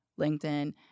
LinkedIn